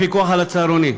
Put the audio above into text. הפיקוח על צהרונים,